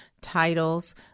titles